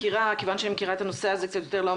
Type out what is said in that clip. כיוון שאני מכירה את הנושא הזה לעומק,